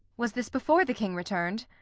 was this before the king return'd?